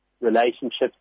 relationships